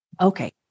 okay